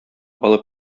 алып